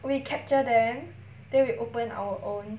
we capture them then we open our own